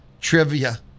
Trivia